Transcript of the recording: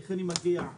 איך אני מגיע למקום?